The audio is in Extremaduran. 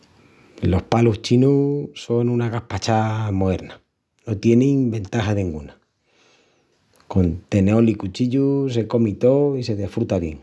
Los palus chinus son una gaspachá moerna, no tienin ventaja denguna. Con teneol i cuchillu se comi tó i se desfruta bien.